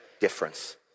difference